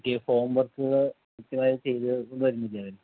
പുതിയ ഹോം വർക്കുകൾ കൃത്യമായി ചെയ്ത് വരുന്നില്ലേ അവൻ